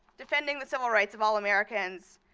defending the civil rights of all americans,